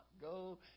go